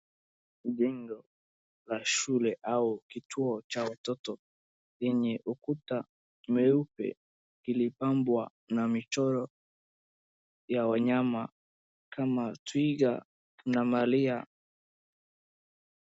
Mjengo la shule au kituo cha watoto lenye ukuta mweupe ilipambwa na michoro ya wanyama kama twiga na malia .